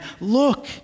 Look